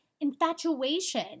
infatuation